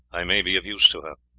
i may be of use to her.